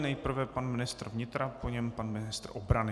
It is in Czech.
Nejprve pan ministr vnitra, po něm pan ministr obrany.